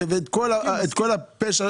אני לא שמעתי את זה.